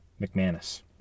McManus